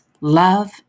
love